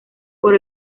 por